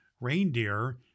reindeer